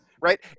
right